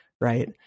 Right